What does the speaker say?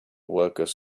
workers